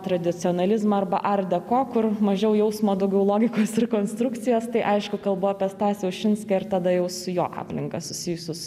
tradicionalizmą arba art deko kur mažiau jausmo daugiau logikos ir konstrukcijos tai aišku kalbu apie stasį ušinską ir tada jau su jo aplinka susijusius